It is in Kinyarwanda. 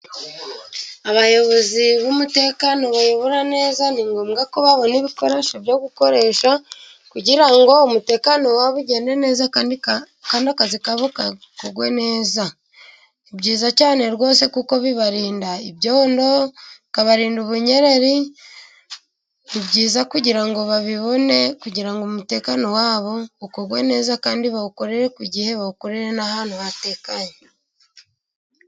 Abayobozi b'umutekano bayobora neza ni ngombwa ko babona ibikoresho byo gukoresha kugira ngo umutekano waba ugende neza kandi kazi kabo kagende neza. Ni byiza cyane rwose kuko bibarinda ibyondo, bibarinda ubunyereri. Ni byiza kugira babibone kugira umutekano wabo ukorwe neza kandi bawukorere ku gihe bawukore n'ahantu hatekanye.